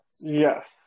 Yes